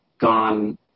gone